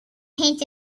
paint